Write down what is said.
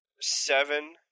Seven